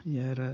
jeera